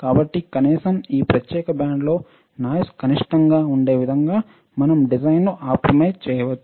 కాబట్టి కనీసం ఈ ప్రత్యేక బ్యాండ్ లోనాయిస్ కనిష్టంగా ఉండే విధంగా మనం డిజైన్ను ఆప్టిమైజ్ చేయవచ్చు